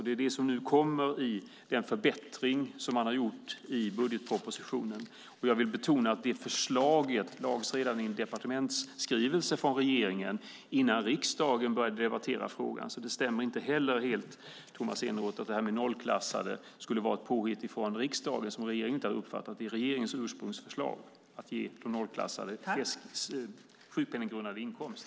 Det är det som kommer fram i den förbättring som har gjorts i budgetpropositionen. Jag vill betona att förslaget lades fram i en departementsskrivelse från regeringen innan riksdagen började debattera frågan. Det stämmer inte helt, Tomas Eneroth, att nollklassade skulle vara ett påhitt från riksdagen som regeringen inte har uppfattat. Det är regeringens ursprungsförslag att ge nollklassade sjukpenninggrundande inkomst.